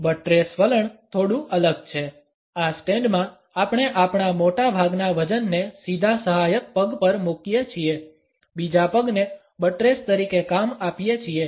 buttress વલણ થોડું અલગ છે આ સ્ટેન્ડ માં આપણે આપણા મોટા ભાગના વજનને સીધા સહાયક પગ પર મુકીએ છીએ બીજા પગને બટ્રેસ તરીકે કામ આપીએ છીએ